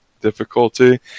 difficulty